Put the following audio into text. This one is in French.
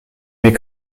mais